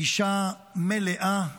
אישה מלאה,